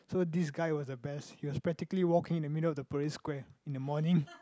so this guy was the best he was practically walking in the middle of the parade square in the morning